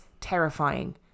terrifying